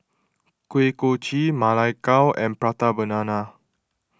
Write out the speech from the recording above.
Kuih Kochi Ma Lai Gao and Prata Banana